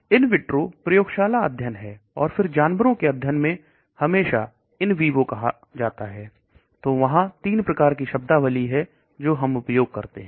इन vitro प्रयोगशाला अध्ययन है और फिर जानवरों के अध्ययन में हमेशा in vivo कहा जाता है तो वहां तीन प्रकार की शब्दावली है जो हम उपयोग करते हैं